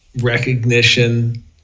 recognition